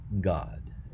God